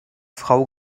frau